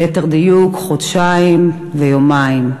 ליתר דיוק חודשיים ויומיים,